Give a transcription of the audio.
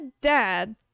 dad